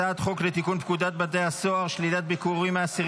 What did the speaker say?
הצעת חוק לתיקון פקודת בתי הסוהר (שלילת ביקורים מאסירים